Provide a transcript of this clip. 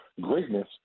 greatness